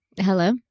Hello